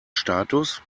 status